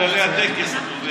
את אומרת שזה לפי כללי הטקס, אה?